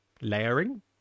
layering